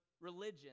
religion